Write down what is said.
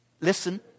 listen